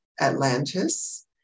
Atlantis